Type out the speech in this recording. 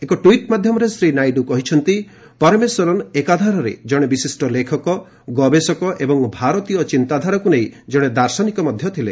ଏକ ଟୁଇଟ୍ ମାଧ୍ୟରେ ଶ୍ରୀ ନାଇଡୁ କହିଛନ୍ତି ଶ୍ରୀ ପରମେଶ୍ୱରନ୍ ଏକ ଧାରାରେ ଜଣେ ବିଶିଷ୍ଟ ଲେଖକ ଗବେଷକ ଏବଂ ଭାରତୀୟ ଚିନ୍ତାଧାରାକୁ ନେଇ ଜଣେ ଦାର୍ଶନିକ ଥିଲେ